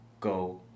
go